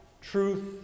truth